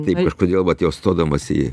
taip kažkodėl vat jau stodamas į